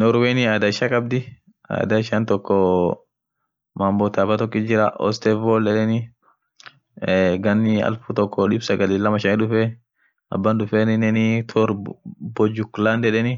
Norwen adhaa ishia khabdhii adhaa ishian toko mambo thabaa tokoti jira ostival yedheni ghani elfu toko dhib sagali ilamaa shani dhufee abaa dhufeninen torbojuk land yedheni